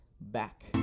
back